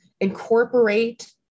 incorporate